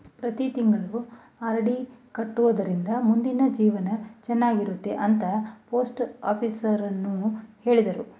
ಪ್ರತಿ ತಿಂಗಳು ಆರ್.ಡಿ ಕಟ್ಟೊಡ್ರಿಂದ ಮುಂದಿನ ಜೀವನ ಚನ್ನಾಗಿರುತ್ತೆ ಅಂತ ಪೋಸ್ಟಾಫೀಸುನವ್ರು ಹೇಳಿದ್ರು